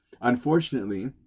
Unfortunately